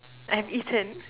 I have eaten